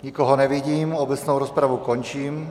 Nikoho nevidím, obecnou rozpravu končím.